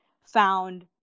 found